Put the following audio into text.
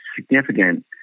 significant